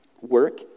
work